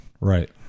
Right